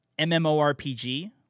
MMORPG